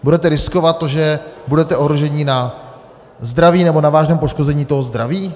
Budete riskovat to, že budete ohroženi na zdraví nebo na vážném poškození zdraví?